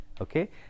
Okay